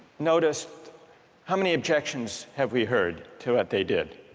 notice how many objections have we heard to what they did.